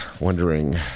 wondering